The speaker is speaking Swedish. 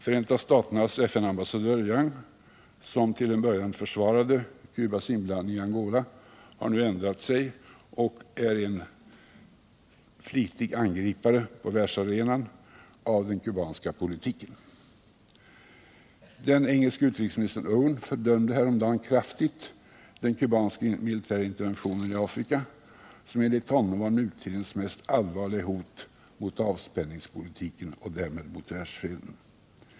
Förenta staternas FN-ambassadör Young, som till en början försvarade Cubas inblandning i Angola, har nu ändrat sig och är en flitig angripare på världsarenan av den kubanska politiken. Den engelske utrikesministern Owen fördömde häromdagen kraftigt den kubanska militära interventionen i Afrika, som enligt honom var nutidens mest allvarliga hot mot avspänningspolitiken och därmed mot världsfreden.